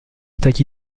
attaque